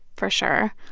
for sure.